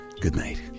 goodnight